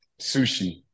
sushi